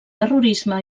terrorisme